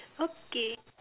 okay